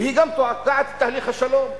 והיא גם תוקעת את תהליך השלום.